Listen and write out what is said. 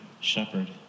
shepherd